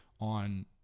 on